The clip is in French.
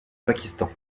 pakistan